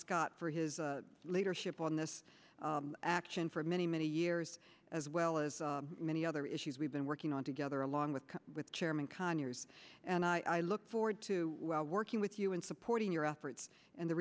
scott for his leadership on this action for many many years as well as many other issues we've been working on together along with with chairman conyers and i look forward to working with you in supporting your efforts and the